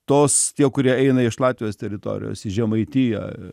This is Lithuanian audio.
tos tie kurie eina iš latvijos teritorijos į žemaitiją